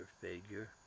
figure